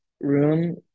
room